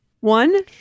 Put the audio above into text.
One